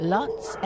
Lots